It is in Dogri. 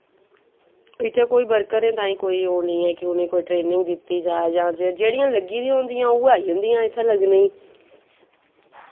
इत्थें कोई बर्करें तांई कोई ओह् नी ऐ कि उनेंई ट्रेनिंग दित्ती जाए जां जेह्ड़ियां लग्गी दियां होंदियां उ'ऐ आई जंदियां इत्थें लग्गनेई